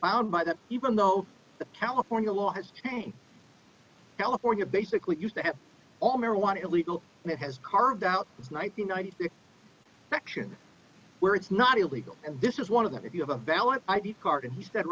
found by that even though the california law has changed california basically used to have all marijuana legal and it has carved out its ninety nine section where it's not illegal and this is one of them if you have a valid id card and he sa